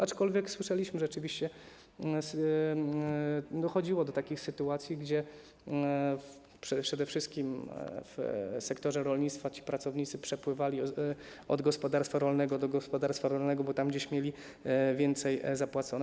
Aczkolwiek słyszeliśmy rzeczywiście, że dochodziło do takich sytuacji, przede wszystkim w sektorze rolnictwa, że pracownicy przepływali od gospodarstwa rolnego do gospodarstwa rolnego, bo tam mieli więcej zapłacone.